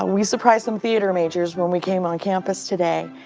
ah we surprised some theater majors when we came on campus today,